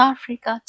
Africa